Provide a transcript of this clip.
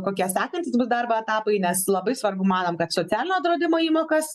kokias apimtis bus darbo etapai nes labai svarbu manom kad socialinio draudimo įmokas